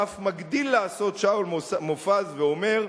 ואף מגדיל לעשות שאול מופז ואומר: